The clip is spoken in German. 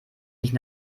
nicht